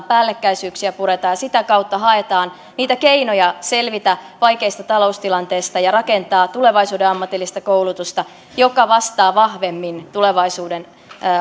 päällekkäisyyksiä puretaan ja sitä kautta haetaan niitä keinoja selvitä vaikeasta taloustilanteesta ja rakentaa tulevaisuuden ammatillista koulutusta joka vastaa vahvemmin tulevaisuuden